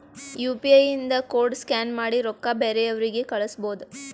you P I ಇಂದ code scan ಮಾಡಿ ರೊಕ್ಕಾ ಬೇರೆಯವ್ರಿಗಿ ಕಳುಸ್ಬೋದ್